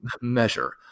measure